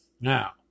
Now